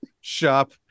shop